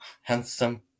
handsome